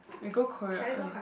we go Korea